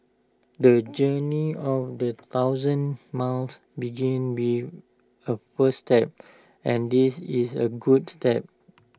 the journey of A thousand miles begins with A first step and this is A good step